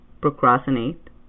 procrastinate